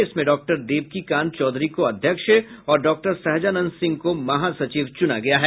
इसमें डॉक्टर देवकीकांत चौधरी को अध्यक्ष और डॉक्टर सहजानंद सिंह को महासचिव चुना गया है